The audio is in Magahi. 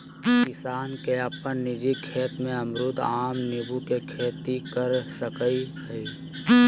किसान अपन निजी खेत में अमरूद, आम, नींबू के खेती कर सकय हइ